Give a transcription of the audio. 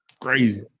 Crazy